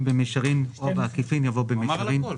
במקום "בין אם במישרין או בעקיפין" יבוא "במישרין".